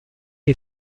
est